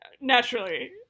naturally